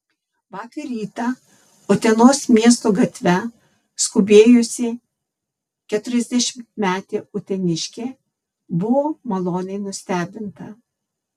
vakar rytą utenos miesto gatve skubėjusi keturiasdešimtmetė uteniškė buvo maloniai nustebinta